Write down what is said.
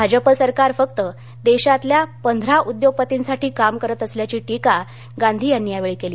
भाजप सरकार फक्त देशातल्या पंधरा उद्योगपतींसाठी काम करत असल्याची टीका गांधी यांनी यावेळी केली